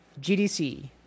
GDC